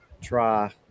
try